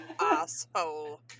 asshole